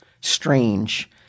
strange